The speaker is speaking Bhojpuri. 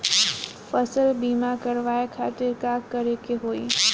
फसल बीमा करवाए खातिर का करे के होई?